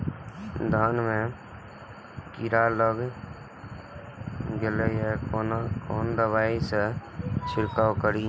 धान में कीरा लाग गेलेय कोन दवाई से छीरकाउ करी?